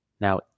now